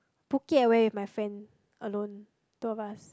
Phuket I went with my friend alone two of us